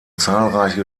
zahlreiche